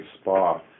spa